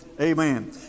Amen